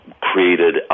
created